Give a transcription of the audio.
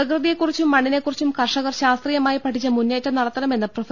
പ്രകൃതിയെക്കുറിച്ചും മണ്ണിനെക്കുറിച്ചും കർഷകർ ശാസ്ത്രീയമായി പഠിച്ച് മുന്നേറ്റം നടത്തണമെന്ന് പ്രൊഫ